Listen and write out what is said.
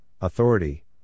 authority